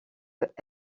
peut